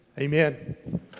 Amen